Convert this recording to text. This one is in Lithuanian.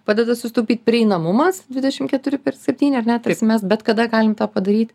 padeda susitaupyt prieinamumas dvidešimt keturi septyni ar ne tarsi mes bet kada galim tą padaryt